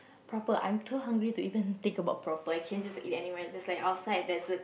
proper I'm too hungry to even think about proper I can just eat anywhere just like outside there's a